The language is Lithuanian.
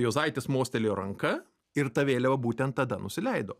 juozaitis mostelėjo ranka ir ta vėliava būtent tada nusileido